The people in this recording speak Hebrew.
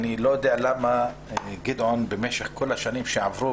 אני לא יודע למה גדעון סער במשך כל השנים שעברו